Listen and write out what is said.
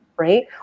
right